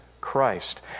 Christ